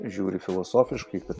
žiūri filosofiškai kad